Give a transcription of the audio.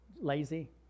lazy